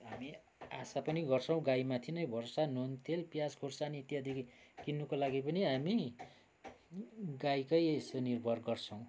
हामी आशा पनि गर्छौँ गाईमाथि नै भरोसा नून तेल प्याज खोर्सानी इत्यादि किन्नुको लागि पनि हामी गाईकै उस निर्भर गर्छौँ